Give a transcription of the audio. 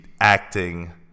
acting